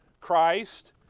Christ